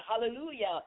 hallelujah